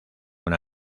una